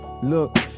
Look